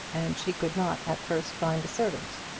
and she could not at first find a servant.